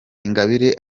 ingabire